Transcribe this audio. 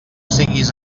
siguis